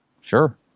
Sure